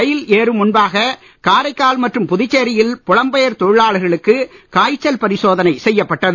ரயில் ஏறும் முன்பாக காரைக்கால் மற்றும் புதுச்சேரி யில் புலம்பெயர் தொழிலாளர்களுக்கு காய்ச்சல் பரிசோதனை செய்யப்பட்டது